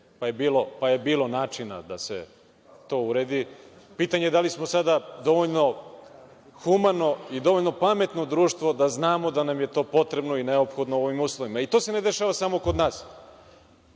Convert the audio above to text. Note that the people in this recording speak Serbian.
pa je bilo načina da se to uredi. Pitanje je da li smo sada dovoljno humano i dovoljno pametno društvo da znamo da nam je to potrebno i neophodno u ovom uslovima. To se ne dešava samo kod nas,